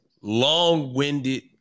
long-winded